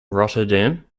rotterdam